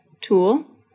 tool